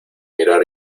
mirar